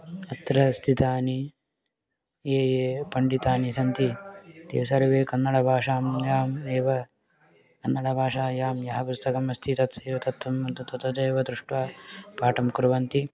अत्र स्थितानि ये ये पण्डिताः सन्ति ते सर्वे कन्नडभाषायाम् एव कन्नडभाषायां यः पुस्तकमस्ति तत्सेवकत्वं तत्तदेव दृष्ट्वा पाठं कुर्वन्ति